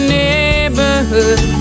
neighborhood